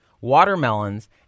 watermelons